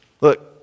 Look